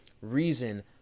Reason